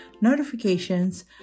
notifications